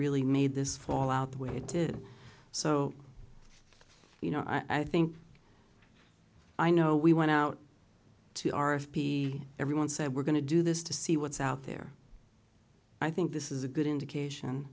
really made this fall out the way it did so you know i think i know we went out to our if p everyone said we're going to do this to see what's out there i think this is a good indication